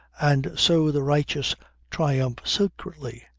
and so the righteous triumph secretly,